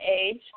age